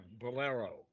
Bolero